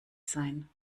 sein